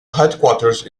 headquarters